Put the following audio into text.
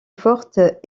forte